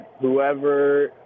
whoever